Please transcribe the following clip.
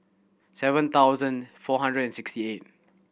seven thousand four hundred and sixty eight